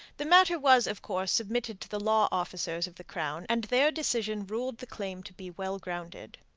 the matter was, of course, submitted to the law officers of the crown, and their decision ruled the claim to be well grounded.